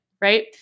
Right